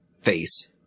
face